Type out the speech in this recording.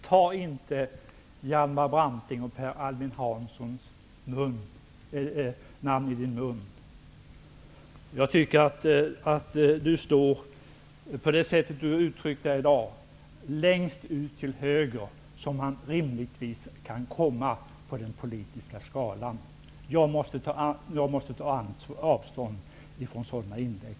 Stefan Kihlberg skall inte ta Hjalmar Brantings och Per Albin Hanssons namn i sin mun. Stefan Kihlberg står, som han uttryckte sig i dag, så långt ut till höger som man rimligtvis kan komma på den politiska skalan. Jag måste ta avstånd från sådana inlägg.